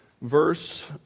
Verse